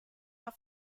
are